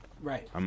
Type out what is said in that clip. Right